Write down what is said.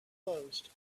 closed